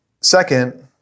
Second